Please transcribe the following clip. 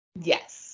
Yes